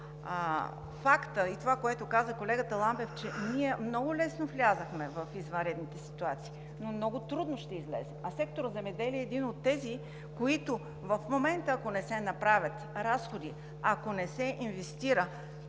фактът и това, което каза колегата Ламбев, че ние много лесно влязохме в извънредните ситуации, но много трудно ще излезем, а сектор „Земеделие“ е един от тези, които в момента, ако не се направят разходи, ако не се инвестира,